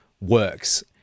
works